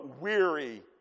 weary